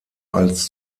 als